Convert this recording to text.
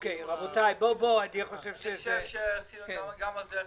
אני חושב שעשינו גם על זה חצי-חצי.